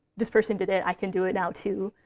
this person did it. i can do it now, too.